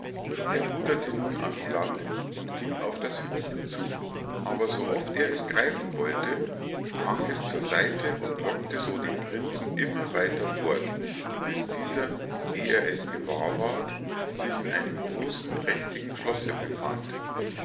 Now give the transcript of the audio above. er ruderte nun ans land und ging auf das hündchen zu aber so oft er es greifen wollte sprang es zur seite und lockte so den prinzen immer weiter fort bis dieser eh er es gewahr ward sich in einem großen prächtigen schlosse befand